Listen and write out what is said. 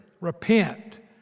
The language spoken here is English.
Repent